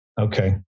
Okay